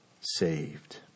saved